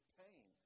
pain